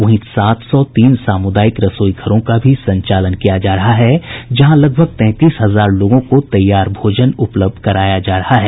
वहीं सात सौ तीन सामुदायिक रसोई घरों का भी संचालन किया जा रहा है जहां लगभग तैंतीस हजार लोगों को तैयार भोजन उपलब्ध कराया जा रहा है